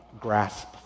grasp